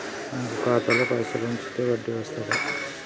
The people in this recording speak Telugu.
నాకు ఖాతాలో పైసలు ఉంచితే వడ్డీ వస్తదా?